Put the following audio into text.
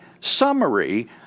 summary